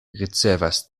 ricevas